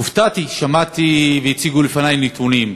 הופתעתי כששמעתי, והציגו בפני נתונים,